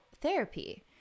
therapy